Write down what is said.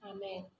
Amen